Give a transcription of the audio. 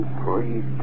three